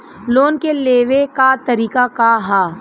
Loan के लेवे क तरीका का ह?